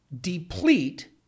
deplete